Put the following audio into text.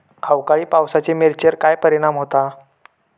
अवकाळी पावसाचे मिरचेर काय परिणाम होता?